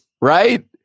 Right